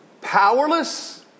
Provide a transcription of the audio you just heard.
powerless